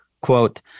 Quote